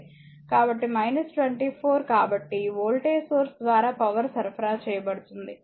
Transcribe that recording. కాబట్టి 24 కాబట్టి voltage source ద్వారా పవర్ సరఫరా చేయబడుతుంది